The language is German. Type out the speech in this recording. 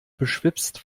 beschwipst